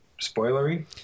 spoilery